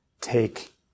take